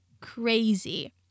crazy